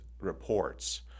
reports